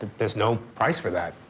that. there's no price for that.